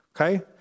okay